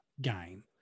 game